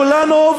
כולנו,